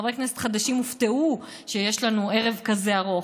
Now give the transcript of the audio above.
חברי כנסת חדשים הופתעו שיש לנו ערב כזה ארוך.